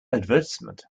advertisement